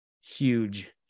huge